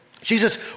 Jesus